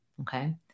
Okay